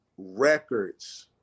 records